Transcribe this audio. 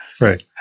Right